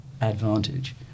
advantage